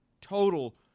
total